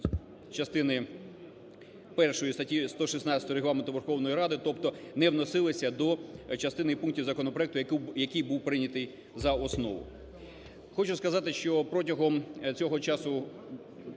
частини першої статті 116 Регламенту Верховної Ради, тобто не вносилися до частини пунктів законопроекту, який був прийнятий за основу. Хочу сказати, що протягом цього часу